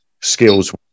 skills